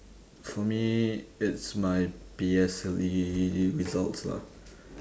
for me it's my P_S_L_E results lah